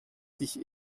sich